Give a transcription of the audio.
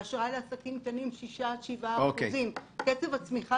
ובאשראי לעסקים קטנים - 6% עד 7%. קצב הצמיחה